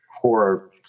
horror